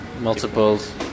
Multiples